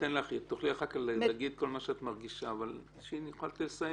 תוכלי אחר כך להגיד את מה שאת מרגישה אבל כשהיא תסיים.